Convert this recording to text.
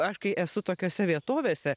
aš kai esu tokiose vietovėse